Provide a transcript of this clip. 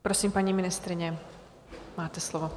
Prosím, paní ministryně, máte slovo.